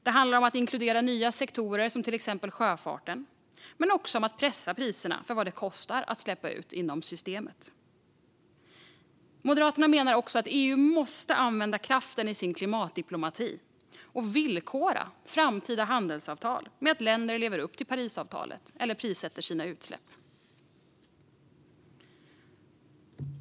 Det handlar om att inkludera nya sektorer, som till exempel sjöfarten, men också om att pressa priserna för vad det kostar att släppa ut inom systemet. Moderaterna menar också att EU måste använda kraften i sin klimatdiplomati och villkora framtida handelsavtal med att länder ska leva upp till Parisavtalet eller prissätta sina utsläpp.